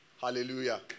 Hallelujah